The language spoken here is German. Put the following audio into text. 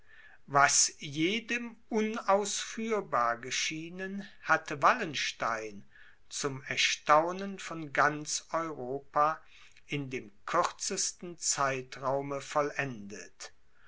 was jedem unausführbar geschienen hatte wallenstein zum erstaunen von ganz europa in dem kürzesten zeitraume vollendet